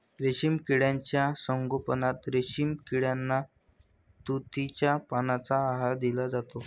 रेशीम किड्यांच्या संगोपनात रेशीम किड्यांना तुतीच्या पानांचा आहार दिला जातो